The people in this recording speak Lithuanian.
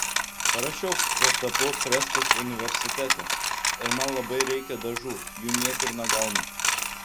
parašiau kad tapau freskas universitete ir man labai reikia dažų jų niekur negaunu